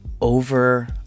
over